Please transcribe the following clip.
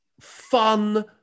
fun